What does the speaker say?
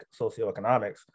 socioeconomics